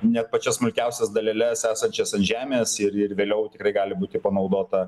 net pačias smulkiausias daleles esančias ant žemės ir ir vėliau tikrai gali būti panaudota